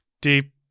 Deep